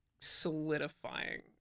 solidifying